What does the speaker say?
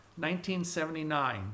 1979